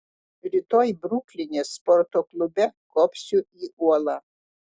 rytoj brukline sporto klube kopsiu į uolą